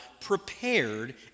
prepared